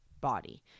body